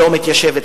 לא מתיישבת,